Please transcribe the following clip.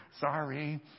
Sorry